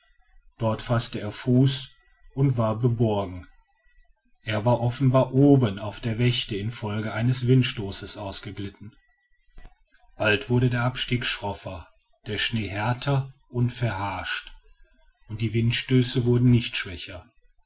dort faßte er fuß und war beborgen er war offenbar oben auf der wächte infolge eines windstoßes ausgeglitten bald wurde der abstieg schroffer der schnee härter und verharscht und die windstöße wurden nicht schwächer